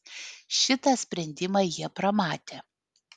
šitą sprendimą jie pramatė